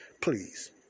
please